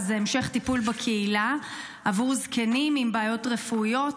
היא המשך טיפול בקהילה עבור זקנים עם בעיות רפואיות,